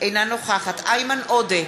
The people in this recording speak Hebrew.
אינה נוכחת איימן עודה,